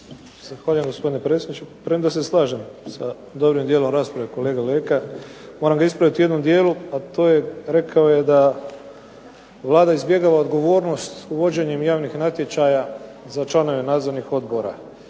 Zahvaljujem gospodine predsjedniče, premda se slažem sa dobrim dijelom rasprave kolege Leke, moram ga ispraviti u jednom dijelu, to je rekao je da Vlada izbjegava odgovornost uvođenjem javnih natječaja za članove nadzornih odbora.